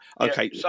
Okay